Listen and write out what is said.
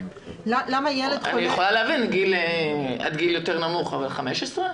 אני יכולה להבין עד גיל יותר קטן, אבל 15?